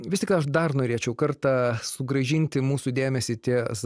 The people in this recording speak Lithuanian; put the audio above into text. vis tiktai aš dar norėčiau kartą sugrąžinti mūsų dėmesį ties